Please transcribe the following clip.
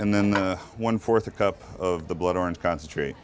and then the one fourth a cup of the blood orange concentrate